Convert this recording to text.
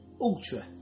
ultra